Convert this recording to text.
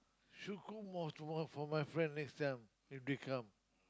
should cook more to more for my friend next time if they come